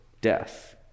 death